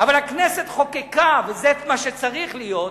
אבל הכנסת חוקקה, וזה מה שצריך להיות,